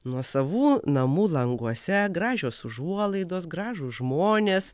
nuosavų namų languose gražios užuolaidos gražūs žmonės